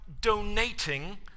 donating